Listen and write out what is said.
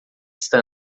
está